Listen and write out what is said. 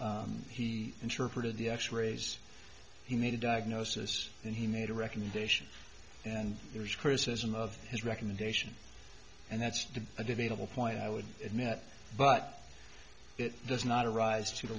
examination he interpreted the x rays he made a diagnosis and he made a recommendation and there's criticism of his recommendation and that's a debatable point i would admit but it does not rise to the